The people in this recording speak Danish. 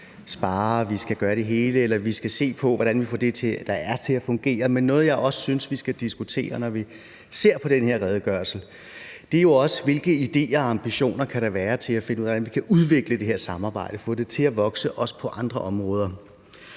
vi skal gøre det hele, eller vi skal se på, hvordan vi kan få det, der er, til at fungere. Men noget af det, jeg også synes vi skal diskutere, når vi ser på den her redegørelse, er jo, hvilke ideer og ambitioner der kan være til at udvikle det her samarbejde og få det til at vokse, også på andre områder.